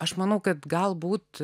aš manau kad galbūt